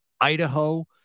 Idaho